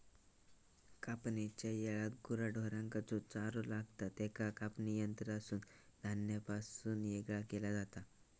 कापणेच्या येळाक गुरा ढोरांका जो चारो लागतां त्याका कापणी यंत्रासून धान्यापासून येगळा केला जाता